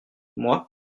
moi